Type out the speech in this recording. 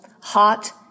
Hot